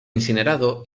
incinerado